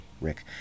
Rick